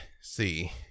see